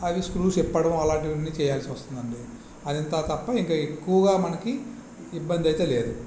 అవి స్క్రూస్ ఇప్పడం అలాంటివన్నీ చేయాల్సివస్తుందండి అదంతా తప్ప ఇంకా ఎక్కువగా మనకి ఇబ్బందైతే లేదు